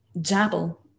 dabble